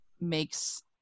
makes